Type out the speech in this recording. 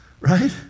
Right